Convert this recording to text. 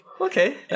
Okay